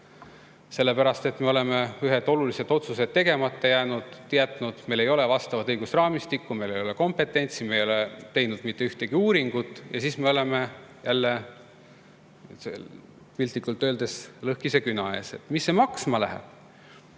sellepärast et me oleme ühed olulised otsused tegemata jätnud, meil ei ole vastavat õigusraamistikku, meil ei ole kompetentsi, me ei ole teinud mitte ühtegi uuringut, ja siis me oleme piltlikult öeldes jälle lõhkise küna ees. Mis see maksma läheb?